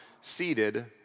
seated